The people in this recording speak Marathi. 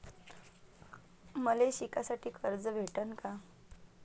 मले शिकासाठी कर्ज भेटन का?